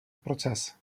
proces